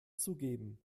zugeben